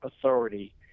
authority